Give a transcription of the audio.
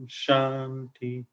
shanti